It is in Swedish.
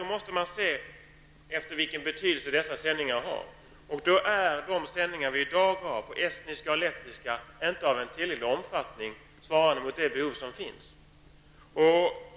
Vi måste se vilken betydelse dessa sändningar har. De sändningar som i dag finns på estniska och lettiska är inte av tillräcklig omfattning svarande mot de behov som finns.